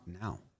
now